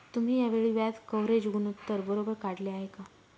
तुम्ही या वेळी व्याज कव्हरेज गुणोत्तर बरोबर काढले आहे का?